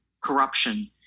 corruption